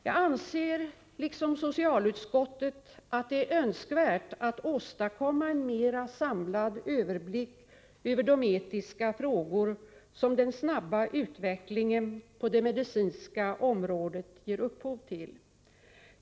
Jag anser, liksom socialutskottet, att det är önskvärt att åstadkomma en mera samlad överblick över de etiska frågor som den snabba utvecklingen på det medicinska området ger upphov till.